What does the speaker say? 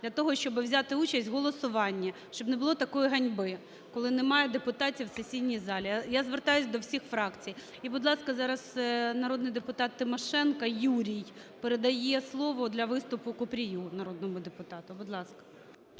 для того, щоби взяти участь в голосуванні, щоб не було такої ганьби, коли немає депутатів в сесійній залі, я звертаюсь до всіх фракцій. І, будь ласка, зараз народний депутат Тимошенко Юрій передає слово для виступу Купрію народному депутату. Будь ласка.